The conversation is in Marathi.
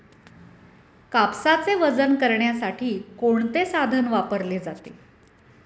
कापसाचे वजन करण्यासाठी कोणते साधन वापरले जाते?